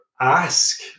ask